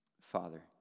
Father